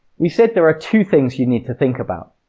we said there are two things you need to think about.